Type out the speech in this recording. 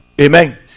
Amen